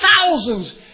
thousands